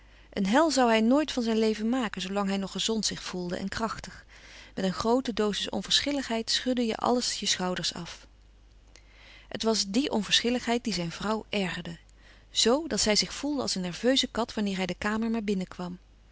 een hel zoû hij nooit van zijn leven maken zoo lang hij nog gezond zich voelde en krachtig met een groote dozis onverschilligheid schudde je alles je schouders af het was die onverschilligheid die zijn vrouw ergerde zoo dat zij zich voelde als een nerveuze kat wanneer hij de kamer maar binnenkwam